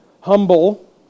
humble